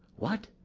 what,